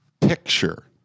picture